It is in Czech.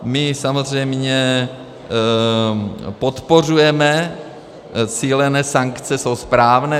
My samozřejmě podporujeme cílené sankce, jsou správné.